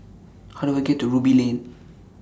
How Do I get to Ruby Lane